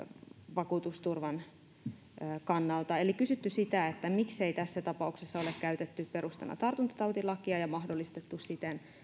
vakuutusturvan eli kysytty sitä miksei tässä tapauksessa ole käytetty perustana tartuntatautilakia ja mahdollistettu siten